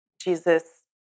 Jesus